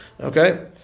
Okay